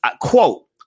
Quote